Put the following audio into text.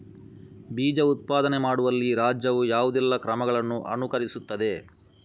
ಬೀಜ ಉತ್ಪಾದನೆ ಮಾಡುವಲ್ಲಿ ರಾಜ್ಯವು ಯಾವುದೆಲ್ಲ ಕ್ರಮಗಳನ್ನು ಅನುಕರಿಸುತ್ತದೆ?